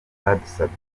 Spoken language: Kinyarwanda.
badusabye